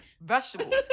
vegetables